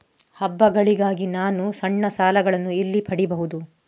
ಹಬ್ಬಗಳಿಗಾಗಿ ನಾನು ಸಣ್ಣ ಸಾಲಗಳನ್ನು ಎಲ್ಲಿ ಪಡಿಬಹುದು?